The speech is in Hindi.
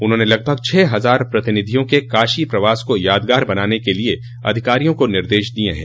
उन्होंने लगभग छह हजार प्रतिनिधियों के काशो प्रवास को यादगार बनाने के लिये अधिकारियों को निर्देश दिये हैं